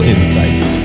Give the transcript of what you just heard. Insights